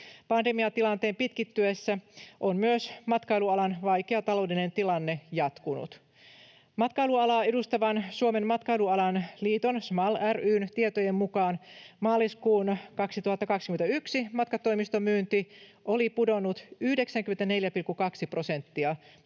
Pandemiatilanteen pitkittyessä on myös matkailualan vaikea taloudellinen tilanne jatkunut. Matkailualaa edustavan Suomen matkailualan liiton, SMAL ry:n, tietojen mukaan maaliskuun 2021 matkatoimistomyynti oli pudonnut 94,2 prosenttia